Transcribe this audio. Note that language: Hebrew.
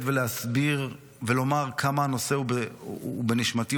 ולהסביר ולומר כמה הנושא הוא בנשמתי,